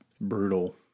brutal